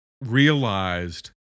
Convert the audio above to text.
Realized